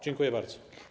Dziękuję bardzo.